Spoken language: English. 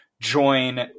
join